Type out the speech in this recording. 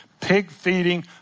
pig-feeding